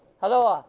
hal-loa